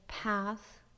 path